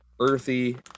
earthy